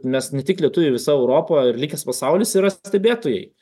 mes ne tik lietuviai visa europa ir likęs pasaulis yra stebėtojai